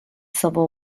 civil